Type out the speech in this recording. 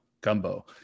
Gumbo